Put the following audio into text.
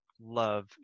love